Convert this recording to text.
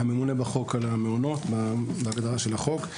והממונה בחוק על המעונות בהגדרה של החוק.